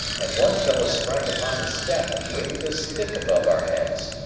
and one fellow sprang upon the step and waved a stick above our heads.